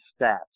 stats